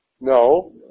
No